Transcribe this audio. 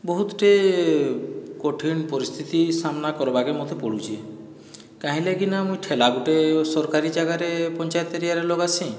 ବହୁତଟେ କଠିନ୍ ପରିସ୍ଥିତି ସାମ୍ନା କର୍ବାକେ ମୋତେ ପଡ଼ୁଛି କାହିଁଲାଗି ନା ମୁଇଁ ଠେଲା ଗୋଟିଏ ସରକାରୀ ଜାଗାରେ ପଞ୍ଚାୟତ ଏରିଆରେ ଲଗାସିଁ